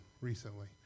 recently